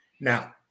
Now